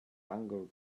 angled